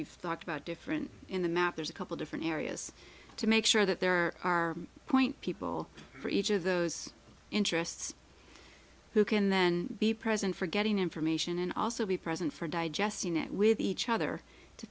you've talked about different in the map there's a couple different areas to make sure that there are point people for each of those interests who can then be present for getting information and also be present for digesting it with each other to